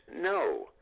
no